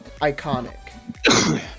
iconic